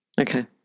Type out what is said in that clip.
Okay